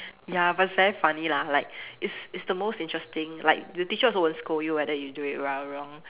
ya but it's very funny lah like it's it's the most interesting like the teacher also won't scold you whether you do it right or wrong